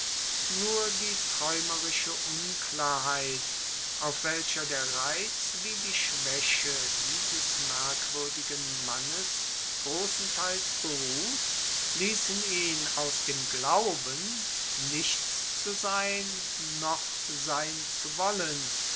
nur die traeumerische unklarheit auf welcher der reiz wie die schwaeche dieses merkwuerdigen mannes grossenteils beruht liessen ihn aus dem glauben nichts zu sein noch sein zu wollen